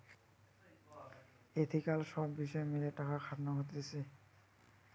ethical সব বিষয় মেলে টাকা খাটানো হতিছে